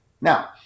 Now